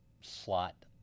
slot